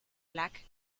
black